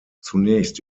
zunächst